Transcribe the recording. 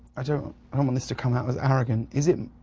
i don't i don't want this to kowment as arrogant. is it,